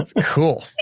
Cool